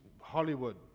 Hollywood